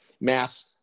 mass